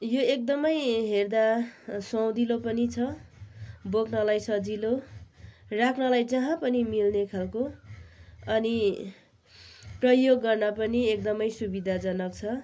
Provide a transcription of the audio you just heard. यो एकदमै हेर्दा सुहाउँदिलो पनि छ बोक्नलाई सजिलो राख्नलाई जहाँ पनि मिल्ने खाल्को अनि प्रयोग गर्न पनि एकदमै सुविधाजनक छ